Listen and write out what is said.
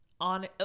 on